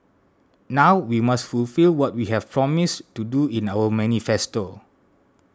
now we must fulfil what we have promised to do in our manifesto